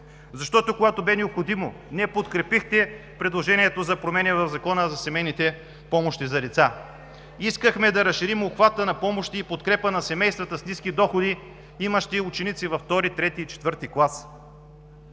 защото, когато беше необходимо, не подкрепихте предложението за промени в Закона за семейните помощи за деца. Искахме да разширим обхвата на помощите и подкрепата на семействата с ниски доходи, имащи ученици във втори,